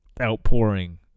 outpouring